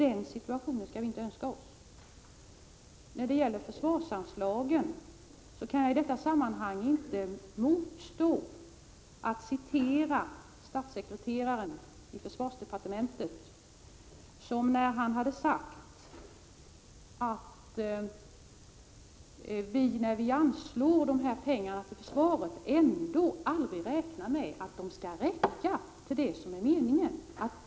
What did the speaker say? Den situationen skall vi inte önska oss. När det gäller försvarsanslagen kan jag i detta sammanhang inte motstå frestelsen att återge vad statssekreteraren i försvarsdepartementet en gång sade: När vi anslår pengarna till försvaret räknar vi aldrig med att de skall räcka.